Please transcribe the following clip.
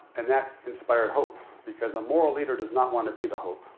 and that inspired hope, because a moral leader does not want to be the hope.